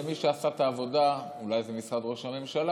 ומי שעשה את העבודה זה אולי משרד ראש הממשלה,